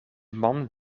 man